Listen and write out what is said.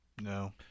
No